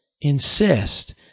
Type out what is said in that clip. insist